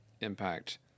impact